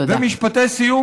ומשפטי סיום,